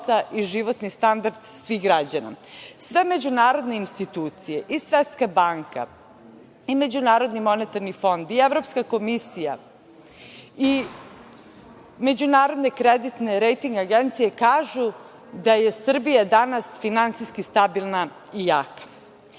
i životni standard svih građana. Sve međunarodne institucije i Svetska banka i MMF i Evropska komisija i međunarodne kreditne rejting agencije kažu da je Srbija danas finansijski stabilna i jaka